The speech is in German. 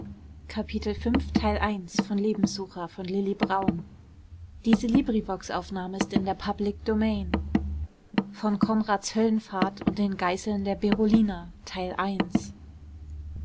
kapitel von konrads höllenfahrt und den geißeln der berolina